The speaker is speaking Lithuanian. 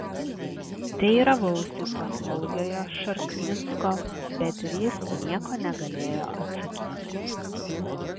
teiravausi paslaugiojo šarknicko bet ir jis nieko negalėjo atsakyti